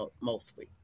mostly